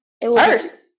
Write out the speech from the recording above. first